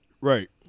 Right